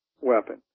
weapon